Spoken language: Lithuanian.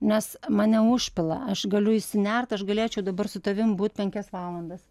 nes mane užpila aš galiu įsinert aš galėčiau dabar su tavim būt penkias valandas